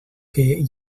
que